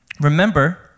Remember